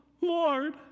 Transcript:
Lord